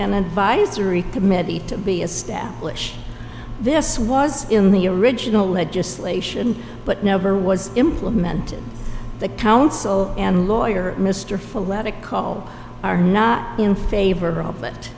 an advisory committee to be established this was in the original legislation but never was implemented the council and lawyer mr full let it call are not in favor of it